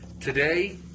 Today